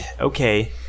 Okay